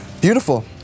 Beautiful